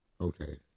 okay